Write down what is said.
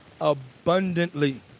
abundantly